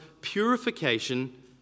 purification